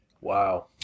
Wow